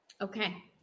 Okay